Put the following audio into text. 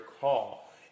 call